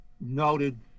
noted